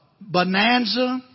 Bonanza